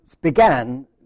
began